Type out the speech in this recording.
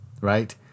right